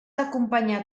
acompanyar